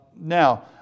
Now